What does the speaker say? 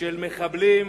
של מחבלים